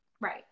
Right